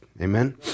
amen